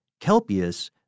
Kelpius